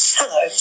Hello